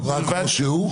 הוקרא כמו שהוא?